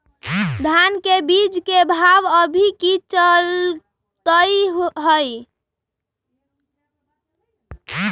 धान के बीज के भाव अभी की चलतई हई?